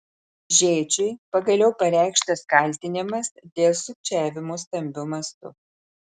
žėčiui pagaliau pareikštas kaltinimas dėl sukčiavimo stambiu mastu